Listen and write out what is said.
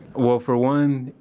well for one,